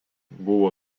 buvo